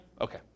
Okay